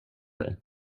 dig